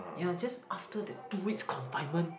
ya just after the two weeks confinement